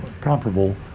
comparable